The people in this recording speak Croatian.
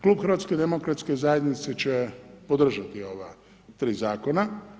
Klub HDZ-a će podržati ova tri zakona.